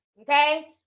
okay